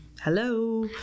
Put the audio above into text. hello